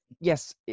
yes